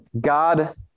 God